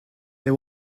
they